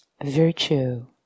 virtue